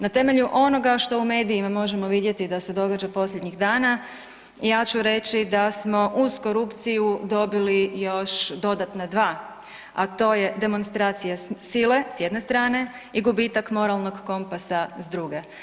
Na temelju onoga što u medijima možemo vidjeti da se događa posljednjih dana, ja ću reći da smo uz korupciju dobili još dodatna dva, a to je demonstracija sile s jedne strane i gubitak moralnog kompasa s druge.